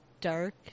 dark